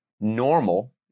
normal